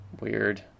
Weird